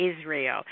Israel